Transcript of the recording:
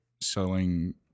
selling